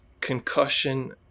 concussion